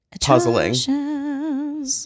puzzling